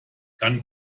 dann